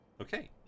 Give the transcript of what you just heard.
Okay